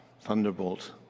thunderbolt